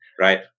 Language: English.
right